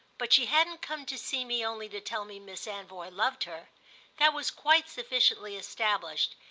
but she hadn't come to see me only to tell me miss anvoy loved her that was quite sufficiently established,